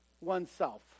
oneself